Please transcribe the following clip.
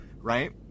right